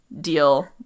deal